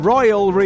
Royal